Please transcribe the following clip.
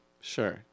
Sure